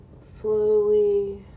slowly